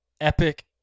epic